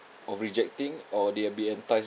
of rejecting or they have been enticed